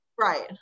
Right